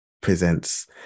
presents